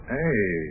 Hey